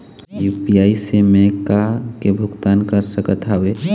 UPI से मैं का का के भुगतान कर सकत हावे?